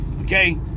Okay